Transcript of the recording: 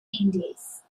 indies